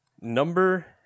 number